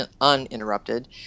uninterrupted